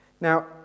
Now